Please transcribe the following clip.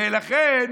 ולכן